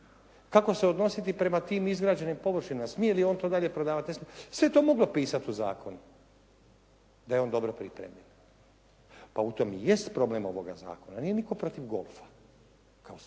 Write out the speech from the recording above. kako se odnositi prema tim izgrađenim površinama, smije li on to dalje prodavati? Sve je to moglo pisati u zakonu da je on dobro pripremljen. Pa u tome i jest problem ovoga zakona. Nije nitko protiv golfa kao